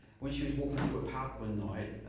when she was walking through a park one night,